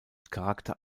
charakter